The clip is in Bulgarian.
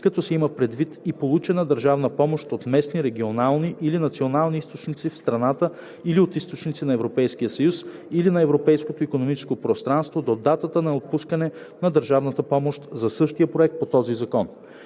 като се има предвид и получена държавна помощ от местни, регионални или национални източници в страната или от източници на Европейския съюз или на Европейското икономическо пространство до датата на отпускане на държавната помощ за същия проект по този закон.